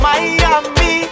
Miami